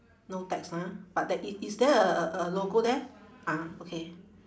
no text ah but there i~ is there a a a logo there ah okay